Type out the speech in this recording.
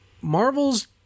Marvel's